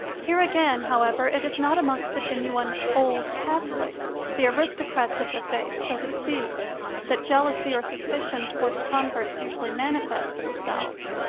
here, again, however, it is not amongst the genuine old catholics the aristocrats of the faith, so to speak that jealousy or suspicion towards converts usually manifest themselves,